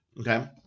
okay